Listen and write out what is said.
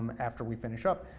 um after we finish up.